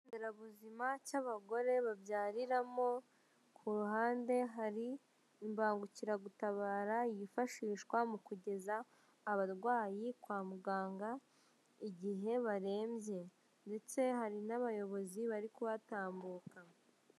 Ikigo nderabuzima cy'abagore babyariramo, ku ruhande hari imbangukira gutabara yifashishwa mu kugeza abarwayi kwa muganga igihe barembye ,ndetse hari n'abayobozi bari kuhatambuka.